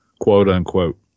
quote-unquote